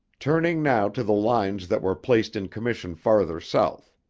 turning now to the lines that were placed in commission farther south.